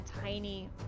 tiny